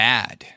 Mad